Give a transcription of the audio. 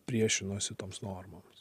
priešinosi toms normoms